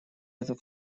этот